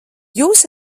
jūs